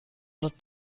wird